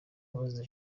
abazize